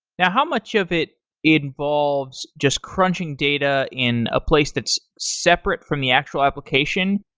yeah how much of it involves just crunching data in a place that's separate from the actual application,